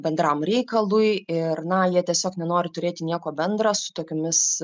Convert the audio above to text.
bendram reikalui ir na jie tiesiog nenori turėti nieko bendra su tokiomis